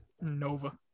Nova